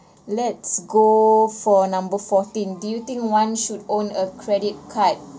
let's go for number fourteen do think one should own a credit card